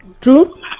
true